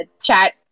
chat